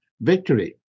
victory